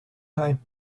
time